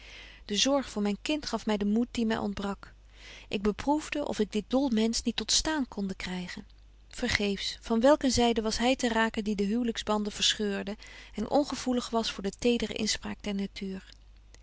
de zorg voor myn kind gaf my den moed die my ontbrak ik beproefde of ik dit dol mensch niet tot staan konde krygen vergeefsch van welk eene zyde was hy te raken die de huwlyksbanden verscheurde betje wolff en aagje deken historie van mejuffrouw sara burgerhart en ongevoelig was voor de tedere inspraak der natuur